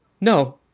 no